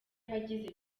abagize